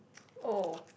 oh